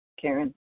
Karen